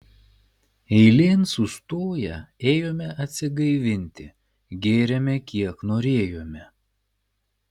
eilėn sustoję ėjome atsigaivinti gėrėme kiek norėjome